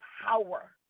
power